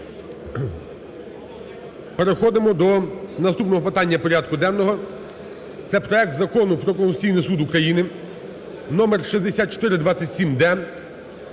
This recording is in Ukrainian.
Переходимо до наступного питання порядку денного, це проект Закону про Конституційний Суд України (номер 6427-д).